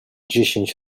dziesięć